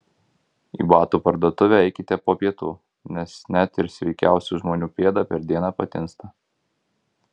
į batų parduotuvę eikite po pietų nes net ir sveikiausių žmonių pėda per dieną patinsta